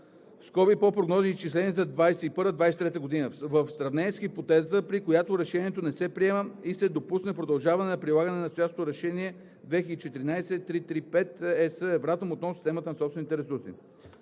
сто – по прогнозни изчисления за 2021 – 2023 г., в сравнение с хипотезата, при която решението не се приеме и се допусне продължаване на прилагането на настоящето Решение 2014/335/ЕС, Евратом, относно системата на собствените ресурси.